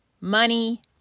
money